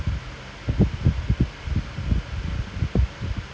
quite a good opportunity lah I mean like as in like you just basically film it lah